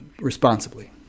responsibly